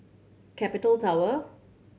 Capital Tower